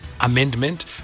amendment